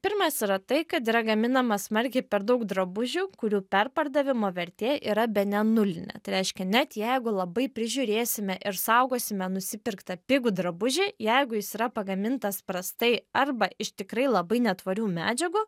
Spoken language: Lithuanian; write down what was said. pirmas yra tai kad yra gaminama smarkiai per daug drabužių kurių perpardavimo vertė yra bene nulinė tai reiškia net jeigu labai prižiūrėsime ir saugosime nusipirktą pigų drabužį jeigu jis yra pagamintas prastai arba iš tikrai labai netvarių medžiagų